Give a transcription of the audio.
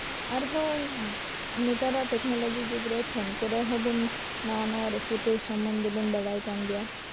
ᱟᱨᱦᱚᱸ ᱢᱱᱮᱛᱟᱨᱟᱜ technology ᱡᱩᱜ ᱠᱚᱨᱮᱜ ᱯᱷᱳᱱᱨᱮ ᱦᱚᱸ ᱱᱟᱣᱟ ᱱᱟᱣᱟ ᱨᱮᱥᱤᱯᱤ ᱥᱚᱢᱚᱱᱫᱷᱮ ᱵᱚᱱ ᱵᱟᱲᱟᱭ ᱠᱟᱱ ᱜᱮᱭᱟ